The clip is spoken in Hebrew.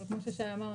אבל כמו ששי אמר,